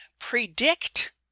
predict